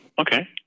okay